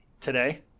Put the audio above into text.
today